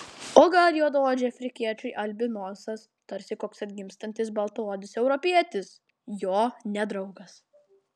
o gal juodaodžiui afrikiečiui albinosas tarsi koks atgimstantis baltaodis europietis jo nedraugas